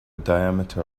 diameter